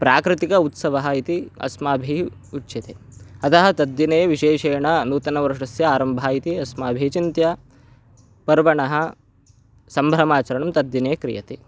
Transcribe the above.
प्राकृतिकः उत्सवः इति अस्माभिः उच्यते अतः तद्दिने विशेषेण नूतनवर्षस्य आरम्भः इति अस्माभिः चिन्त्य पर्वणः सम्भ्रमाचरणं तद्दिने क्रियते